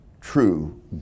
true